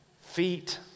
feet